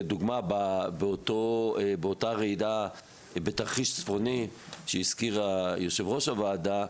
לדוגמה באותה רעידה בתרחיש צפוני שהזכיר יושב-ראש הוועדה,